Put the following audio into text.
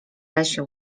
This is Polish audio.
lesie